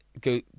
go